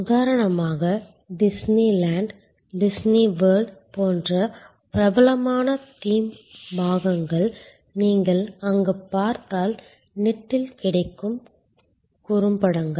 உதாரணமாக Disneyland Disney World போன்ற பிரபலமான தீம் பாகங்கள் நீங்கள் அங்கு பார்த்தால் நெட்டில் கிடைக்கும் குறும்படங்கள்